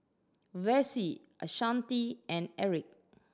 Vassie Ashanti and Erick